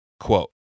Quote